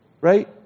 right